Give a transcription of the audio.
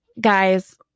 Guys